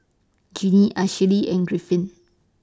Genie Ashli and Griffin